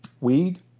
weed